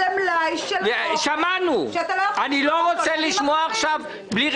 זה מלאי של אוכל שאי אפשר לשמור אותו.